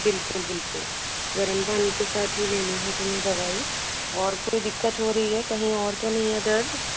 बिल्कुल बिल्कुल गरम पानी के साथ ही लेनी है तुम्हें दवाई और कोई दिक्कत हो रही है कहीं और तो नहीं है दर्द